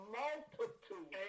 multitude